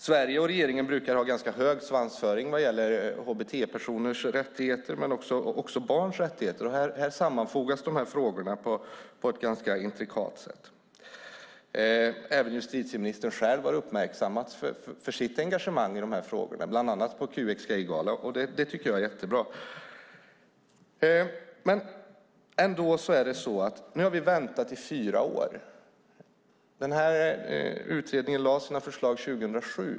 Sverige och regeringen brukar ha ganska hög svansföring vad gäller hbt-personers rättigheter men också barns rättigheter, och här sammanfogas de här frågorna på ett ganska intrikat sätt. Även justitieministern själv har uppmärksammats för sitt engagemang i de här frågorna, bland annat på QX Gaygala, och det tycker jag är jättebra. Nu har vi ändå väntat i fyra år. Utredningen lade fram sina förslag 2007.